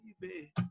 baby